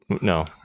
no